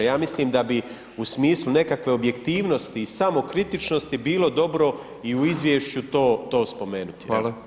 Ja mislim da bi u smislu nekakve objektivnosti i samokritičnosti bilo dobro i u izvješću to spomenuti.